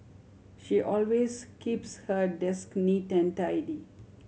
she always keeps her desk neat and tidy